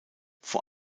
vor